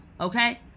okay